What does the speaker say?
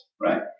right